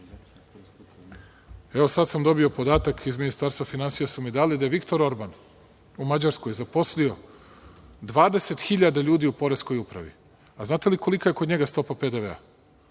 sam dobio podatak, iz Ministarstva finansija su mi dali da Viktor Orban u Mađarskoj zaposlio 20 hiljada ljudi u poreskoj upravi. Znate li, kolika je kod njega stopa PDV